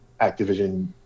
activision